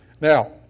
Now